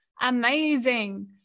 amazing